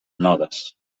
nodes